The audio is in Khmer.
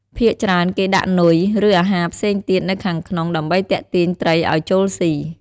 ភាគច្រើនគេដាក់នុយ ឬ អាហារផ្សេងទៀតនៅខាងក្នុង ដើម្បីទាក់ទាញត្រីឲ្យចូលសុី។